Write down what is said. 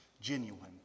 genuine